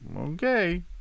Okay